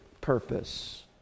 purpose